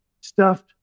stuffed